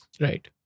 Right